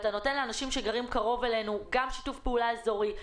אתה נותן לאנשים שגרים קרוב אלינו גם שיתוף פעולה אזורי,